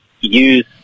use